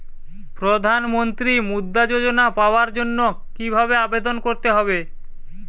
প্রধান মন্ত্রী মুদ্রা যোজনা পাওয়ার জন্য কিভাবে আবেদন করতে হবে?